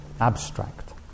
abstract